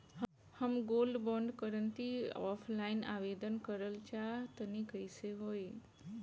हम gold bond करंति offline आवेदन करल चाह तनि कइसे होई?